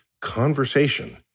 conversation